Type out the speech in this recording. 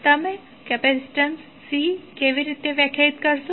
તો તમે capacitance C કેવી રીતે વ્યાખ્યાયિત કરશો